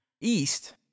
East